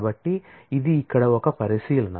కాబట్టి ఇది ఇక్కడ ఒక పరిశీలన